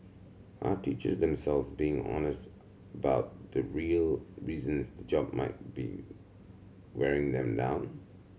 are teachers themselves being honest about the real reasons the job might be wearing them down